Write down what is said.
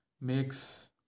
Makes